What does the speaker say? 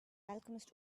alchemist